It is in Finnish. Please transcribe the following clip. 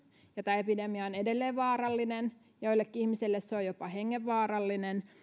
ja tämä epidemia on edelleen vaarallinen joillekin ihmiselle se on jopa hengenvaarallinen